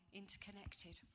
interconnected